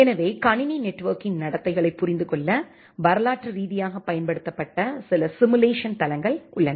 எனவே கணினி நெட்வொர்க்கின் நடத்தைகளைப் புரிந்துகொள்ள வரலாற்று ரீதியாகப் பயன்படுத்தப்பட்ட பல சிம்முலேசன் தளங்கள் உள்ளன